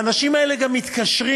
האנשים האלה גם מתקשרים.